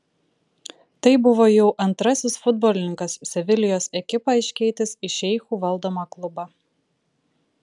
tai buvo jau antrasis futbolininkas sevilijos ekipą iškeitęs į šeichų valdomą klubą